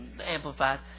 Amplified